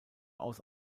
aus